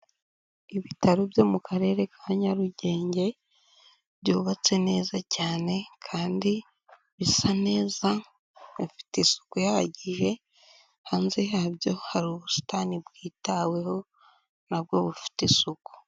Ibitaro byo mu Karere ka Nyarugenge byubatse neza cyane kandi bisa neza, bifite isuku ihagije, hanze yabyo hari ubusitani bwitaweho na bwo bufite isuku.